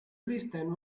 listen